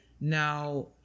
Now